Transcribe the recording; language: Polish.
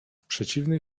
przeciwnej